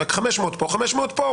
רק 500 פה ו-500 פה.